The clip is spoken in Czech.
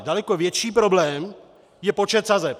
Daleko větší problém je počet sazeb.